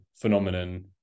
phenomenon